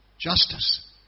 Justice